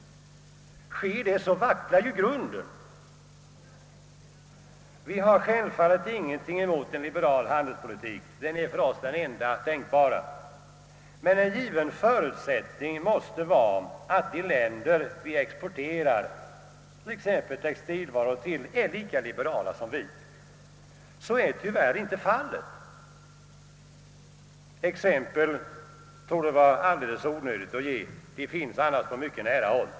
Sker det vacklar grunden. Vi har självfallet ingenting emot en liberal handelspolitik — den är för oss den enda tänkbara — men en given förutsättning måste vara att de länder vi exporterar exempelvis textilvaror till är lika liberala som vi. Så är tyvärr inte fallet. Det torde vara onödigt att ge exempel — de finns annars på mycket nära håll.